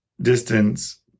distance